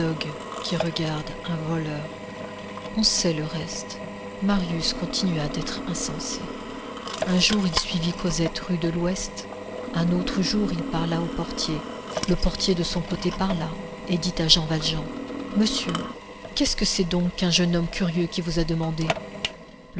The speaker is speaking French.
qui regarde un voleur on sait le reste marius continua d'être insensé un jour il suivit cosette rue de l'ouest un autre jour il parla au portier le portier de son côté parla et dit à jean valjean monsieur qu'est-ce que c'est donc qu'un jeune homme curieux qui vous a demandé